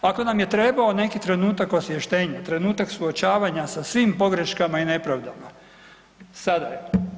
Ako nam je trebao neki trenutak osviještenja, trenutak suočavanja sa svim pogreškama i nepravdama sada je to.